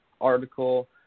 article